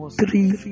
three